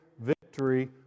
victory